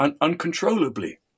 uncontrollably